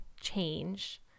change